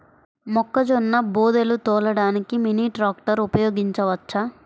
మొక్కజొన్న బోదెలు తోలడానికి మినీ ట్రాక్టర్ ఉపయోగించవచ్చా?